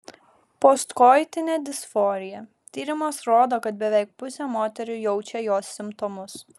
postkoitinė disforija tyrimas rodo kad beveik pusė moterų jaučia jos simptomus